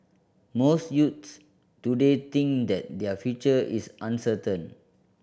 most youths today think that their future is uncertain